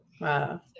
Wow